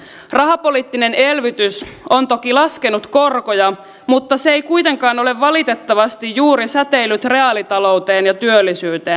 rahapoliittinen elvytys on toki laskenut korkoja mutta se ei kuitenkaan ole valitettavasti juuri säteillyt reaalitalouteen ja työllisyyteen